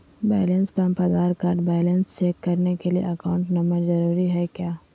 Balance pump Aadhaar card balance check करने के लिए अकाउंट नंबर जरूरी है क्या?